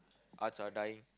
arts are dying